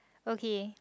okay